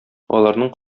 аларның